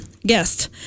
guest